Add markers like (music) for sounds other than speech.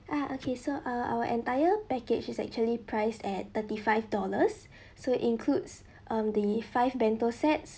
ah okay so uh our entire package is actually priced at thirty five dollars (breath) so includes um the five bento sets